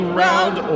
round